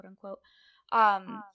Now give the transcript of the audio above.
quote-unquote